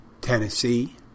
Tennessee